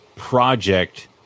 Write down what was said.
project